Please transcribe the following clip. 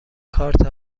کارت